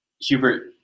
Hubert